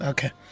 Okay